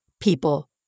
people